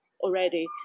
already